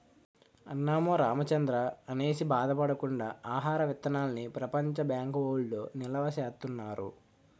అన్నమో రామచంద్రా అనేసి బాధ పడకుండా ఆహార విత్తనాల్ని ప్రపంచ బ్యాంకు వౌళ్ళు నిలవా సేత్తన్నారు